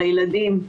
לילדים,